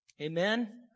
Amen